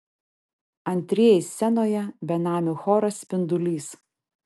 antrieji scenoje benamių choras spindulys